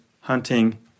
hunting